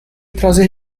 trazer